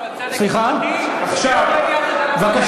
מלמד אותנו על צדק חברתי, ביום רביעי,